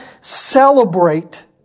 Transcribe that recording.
celebrate